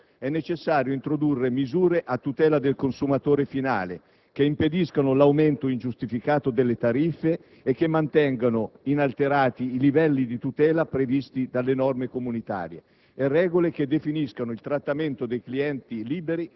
In attesa che il disegno di legge n. 691 sia approvato è necessario introdurre misure a tutela del consumatore finale, che impediscano l'aumento ingiustificato delle tariffe e che mantengano inalterati i livelli di tutela previsti dalle norme comunitarie,